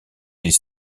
les